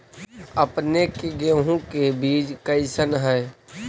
अपने के गेहूं के बीज कैसन है?